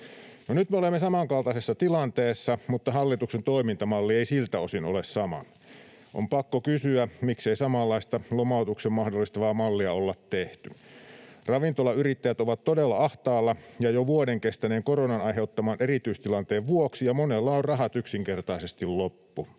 nyt me olemme samankaltaisessa tilanteessa, mutta hallituksen toimintamalli ei siltä osin ole sama. On pakko kysyä, miksei samanlaista lomautuksen mahdollistavaa mallia olla tehty. Ravintolayrittäjät ovat todella ahtaalla jo vuoden kestäneen koronan aiheuttaman erityistilanteen vuoksi, ja monella on rahat yksinkertaisesti loppu.